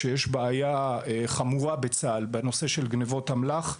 שישנה בעיה חמורה בצה״ל בנושא של גניבות אמל״ח.